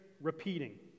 repeating